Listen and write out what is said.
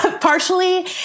Partially